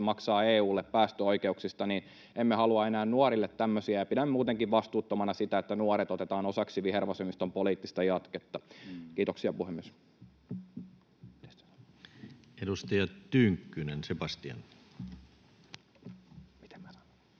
maksaa EU:lle päästöoikeuksista. Emme halua enää nuorille tämmöisiä, ja pidän muutenkin vastuuttomana sitä, että nuoret otetaan osaksi vihervasemmiston poliittista jatketta. — Kiitoksia, puhemies. [Speech 47] Speaker: